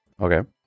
Okay